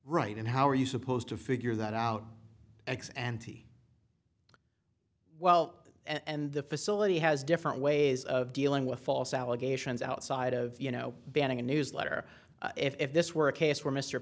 right and how are you supposed to figure that out ex ante well and the facility has different ways of dealing with false allegations outside of you know banning a newsletter if this were a case where m